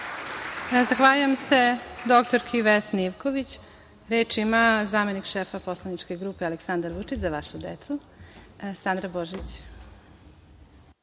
Zahvaljujem se dr Vesni Ivković. Reč ima zamenik šefa Poslaničke grupe Aleksandar Vučić – Za našu decu, Sandra Božić.